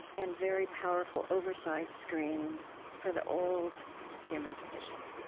and very powerful oversized screen for the old human condition.